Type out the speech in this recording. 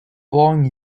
following